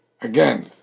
again